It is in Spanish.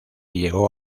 llegó